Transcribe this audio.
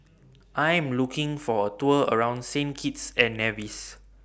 I'm looking For A Tour around Saint Kitts and Nevis